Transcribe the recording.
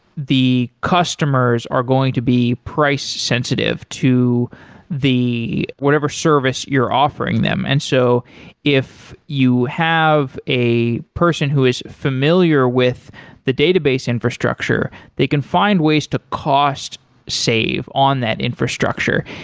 the customers are going to be price-sensitive to whatever service you're offering them. and so if you have a person who is familiar with the database infrastructure, they can find ways to cost save on that infrastructure.